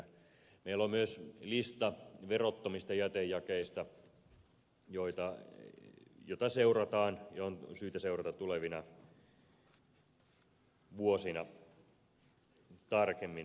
meillä on myös verottomista jätejakeista lista jota seurataan ja jota on syytä seurata tulevina vuosina tarkemmin